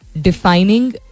defining